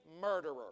murderer